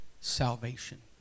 salvation